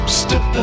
step